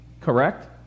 correct